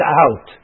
out